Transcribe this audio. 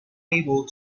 able